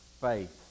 faith